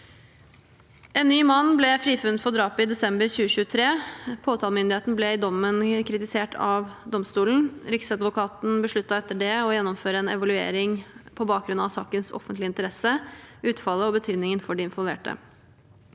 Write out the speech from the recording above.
En ny mann ble frifunnet for drapet i desember 2023. Påtalemyndigheten ble i dommen kritisert av domstolen. Riksadvokaten besluttet etter det å gjennomføre en evaluering på bakgrunn av sakens offentlige interesse, utfallet og betydningen for de involverte.